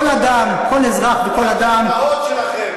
רק לרופאים שלכם, רק לאימהות שלכם.